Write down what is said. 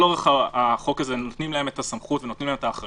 אורך החוק הזה נותנים להם את הסמכות ואת האחריות,